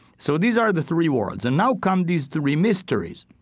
so these are the three worlds. and now come these three mysteries.